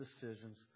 decisions